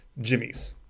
Jimmy's